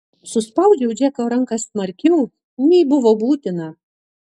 suspaudžiau džeko ranką smarkiau nei buvo būtina